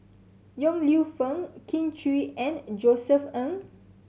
Yong Lew Foong Kin Chui and Josef Ng